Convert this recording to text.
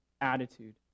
attitude